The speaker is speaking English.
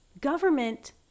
Government